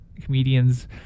comedians